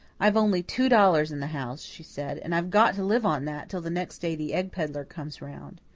i've only two dollars in the house, she said, and i've got to live on that till the next day the egg pedlar comes round.